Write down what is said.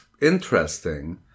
interesting